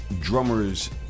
drummer's